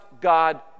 God